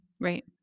Right